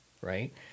right